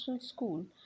School